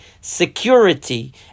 security